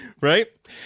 right